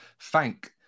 thank